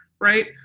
right